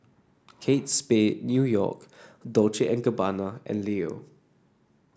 Kate Spade New York Dolce and Gabbana and Leo